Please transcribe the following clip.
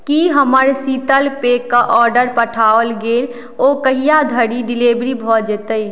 की हमर शीतल पेयके ऑर्डर पठाओल गेल ओ कहिआ धरि डिलीवरी भऽ जेतै